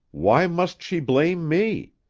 why must she blame me?